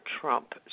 Trump